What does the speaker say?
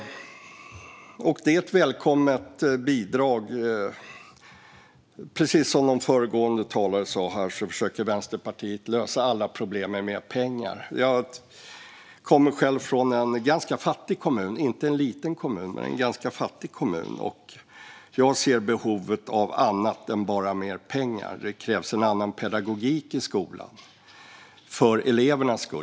Det är ett välkommet bidrag. Som en tidigare talare sa här försöker Vänsterpartiet lösa alla problem med mer pengar. Jag kommer själv från en ganska fattig kommun. Den är inte liten, men det är en ganska fattig kommun. Jag ser behovet av annat än bara mer pengar. Det krävs en annan pedagogik i skolan, för elevernas skull.